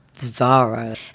Zara